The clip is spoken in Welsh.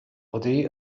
ydy